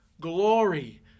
glory